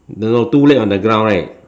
no no two leg on the ground right